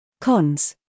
Cons